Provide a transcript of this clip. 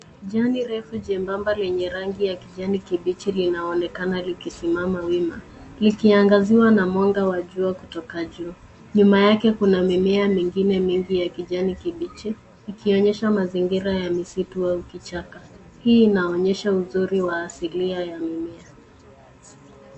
Jani refu jembamba lenye rangi ya kijani kibichi linaonekana likisimama wima likiangaziwa na mwanga wa jua kutoka juu. Nyuma yake kuna mimea mengine mingi ya kijani kibichi ikionyesha mazingira ya misitu au kichaka. Hii inaonyesha uzuri wa asilia ya mimea.